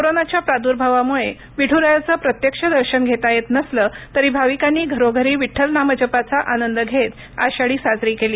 कोरोनाच्या प्रादूर्भावामुळे विठ्रायाचं प्रत्यक्ष दर्शन घेता येत नसलं तरी भाविकांनी घरोघरी विठ्ठल नाम जपाचा आनंद घेत आषाढी साजरी केली